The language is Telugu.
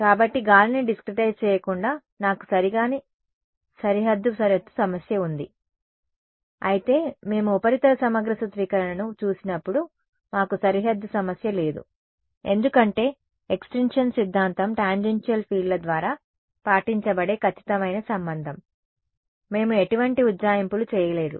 కాబట్టి గాలిని డిస్క్రెటైస్ చేయకుండా నాకు సరికాని సరిహద్దు షరతు సమస్య ఉంది అయితే మేము ఉపరితల సమగ్ర సూత్రీకరణను చూసినప్పుడు మాకు సరిహద్దు సమస్య లేదు ఎందుకంటే ఎక్స్టింక్షన్ సిద్ధాంతం టాంజెన్షియల్ ఫీల్డ్ల ద్వారా పాటించబడే ఖచ్చితమైన సంబంధం మేము ఎటువంటి ఉజ్జాయింపులు చేయలేదు